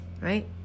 right